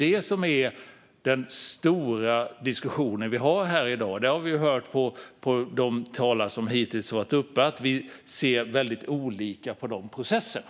Det är den stora diskussionen vi har här i dag. Vi har hört av de talare som hittills har varit uppe i debatten att vi ser väldigt olika på de processerna.